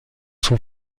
son